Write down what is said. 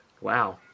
wow